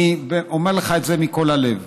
אני אומר לך את זה מכל הלב,